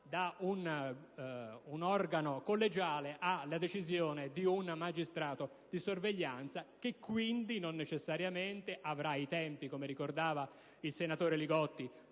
da un organo collegiale alla decisione di un magistrato di sorveglianza, che quindi non necessariamente avrà i tempi, come ricordava il senatore Li Gotti,